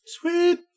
Sweet